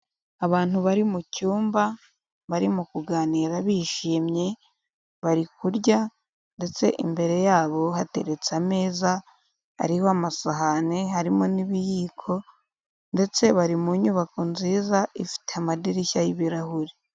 Abantu bari mu cyumba, barimo kuganira bishimye, bari kurya, ndetse imbere yabo hateretse ameza, ariho amasahani, harimo n'ibiyiko, ndetse bari mu nyubako nziza, ifite amadirishya y'ibirahure.